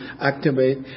activate